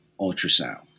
ultrasound